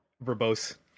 verbose